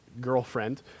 girlfriend